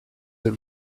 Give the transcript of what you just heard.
that